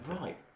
Right